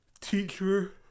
teacher